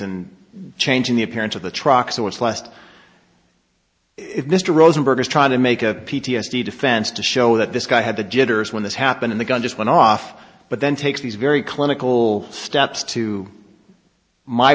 and changing the appearance of the truck so it's last if mr rosenberg is trying to make a p t s d defense to show that this guy had the jitters when this happened in the gun just went off but then takes these very clinical steps to my